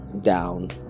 down